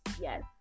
Yes